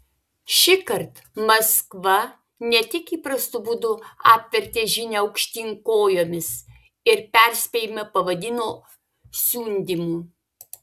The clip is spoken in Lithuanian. šįkart maskva ne tik įprastu būdu apvertė žinią aukštyn kojomis ir perspėjimą pavadino siundymu